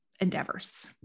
endeavors